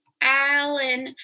Alan